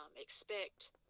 expect